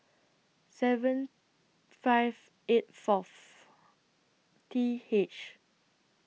seven five eight Fourth T H